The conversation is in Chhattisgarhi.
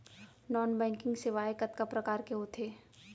नॉन बैंकिंग सेवाएं कतका प्रकार के होथे